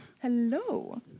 hello